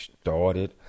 started